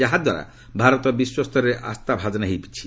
ଯାହାଦ୍ୱାରା ଭାରତ ବିଶ୍ୱସ୍ତରରେ ଆସ୍ଥାଭାଜନ ହୋଇପାରିଛି